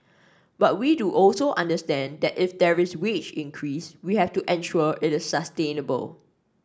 but we do also understand that if there is wage increase we have to ensure it is sustainable